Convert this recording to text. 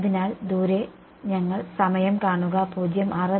അതിനാൽ ദൂരെ ഞങ്ങൾ സമയം കാണുക 0644